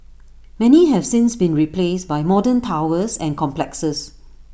many have since been replaced by modern towers and complexes